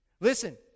Listen